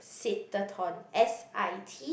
sit the tone S_I_T